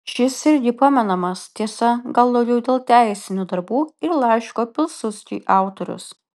šis irgi pamenamas tiesa gal daugiau dėl teisinių darbų ir laiško pilsudskiui autorius